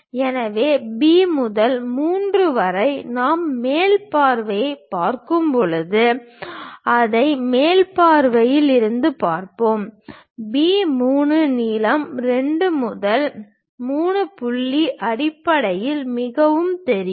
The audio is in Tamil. எனவே B முதல் 3 வரை நாம் மேல் பார்வையைப் பார்க்கும்போது அதை மேல் பார்வையில் இருந்து பார்ப்போம் B 3 நீளம் 2 முதல் 3 புள்ளி அடிப்படையில் மிகவும் தெரியும்